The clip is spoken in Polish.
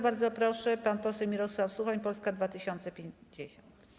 Bardzo proszę, pan poseł Mirosław Suchoń, Polska 2050.